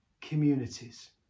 communities